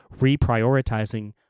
reprioritizing